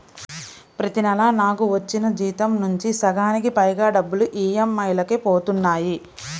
ప్రతి నెలా నాకు వచ్చిన జీతం నుంచి సగానికి పైగా డబ్బులు ఈఎంఐలకే పోతన్నాయి